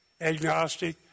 agnostic